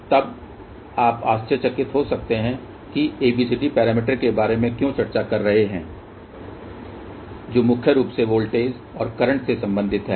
तब आप आश्चर्यचकित हो सकते हैं कि हम ABCD पैरामीटर के बारे में क्यों चर्चा कर रहे हैं जो मुख्य रूप से वोल्टेज और करंट से संबंधित हैं